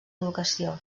educació